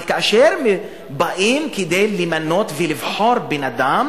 כדי למנות ולבחור אדם